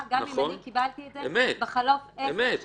גם אם אני קיבלתי את זה בחלוף עשר שנים.